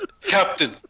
Captain